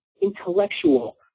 intellectual